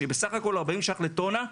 שהיא בסך הכול 40 ש"ח לטונה,